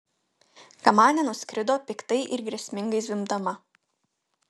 kamanė nuskrido piktai ir grėsmingai zvimbdama